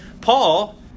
paul